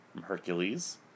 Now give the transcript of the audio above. Hercules